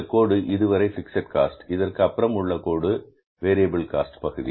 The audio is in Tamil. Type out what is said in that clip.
இந்த கோடு இதுவரை பிக்ஸட் காஸ்ட் இதற்கு அப்புறம் உள்ள இந்த கோடு வேரியபில் காஸ்ட் பகுதி